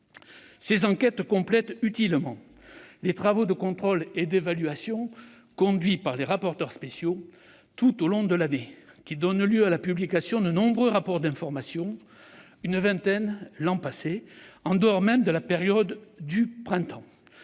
Ces enquêtes complètent utilement les travaux de contrôle et d'évaluation conduits par les rapporteurs spéciaux tout au long de l'année, lesquels donnent lieu à la publication de nombreux rapports d'information- une vingtaine l'an passé -, en dehors même de la période du printemps.